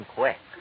quick